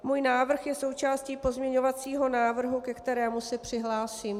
Můj návrh je součástí pozměňovacího návrhu, ke kterému se přihlásím.